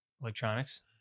Electronics